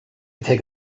take